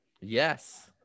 Yes